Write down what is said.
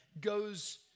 goes